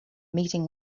meeting